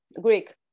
Greek